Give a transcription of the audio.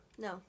No